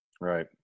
Right